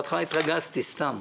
בהתחלה התרגזתי סתם,